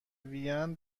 وین